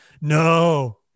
no